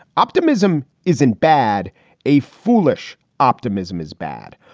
optimism isn't bad a foolish optimism is bad.